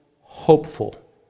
hopeful